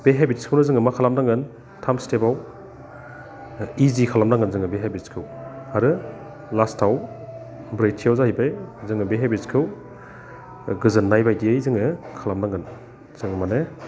बे हेबिट्सखौनो जोङो मा खालामनांगोन थाम स्टेपाव इजि खालामनांगोन जोङो बे हेबिट्सखौ आरो लास्टआव ब्रैथियाव जाहैबाय जोङो बे हेबिट्सखौ गोजोननाय बायदियै जोङो खालामनांगोन जों माने